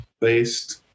based